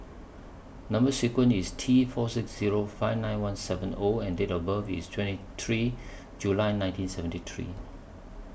Number sequence IS T four six Zero five nine one seven O and Date of birth IS twenty three July nineteen seventy three